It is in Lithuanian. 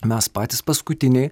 mes patys paskutiniai